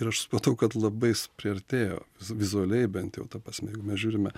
ir aš supratau kad labai supriartėjo su vizualiai bent jau ta prasme jau mes žiūrime